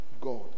God